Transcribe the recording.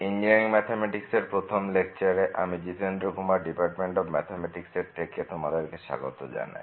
engineering mathematics এর প্রথম লেকচারে আমি Jitendra Kumar department of mathematics এর থেকে তোমাদেরকে স্বাগত জানাই